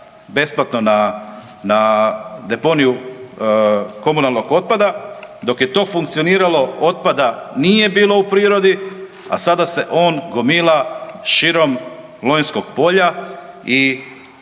besplatno na deponiju komunalnog otpada, dok je to funkcioniralo otpada nije bilo u prirodi, a sada se on gomila širom Lonjskog polja i